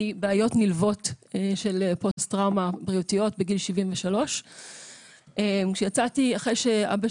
מבעיות בריאותיות נלוות של פוסט-טראומה בגיל 73. אחרי שלא דיברתי